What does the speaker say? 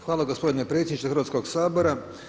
Hvala gospodine predsjedniče Hrvatskog sabora.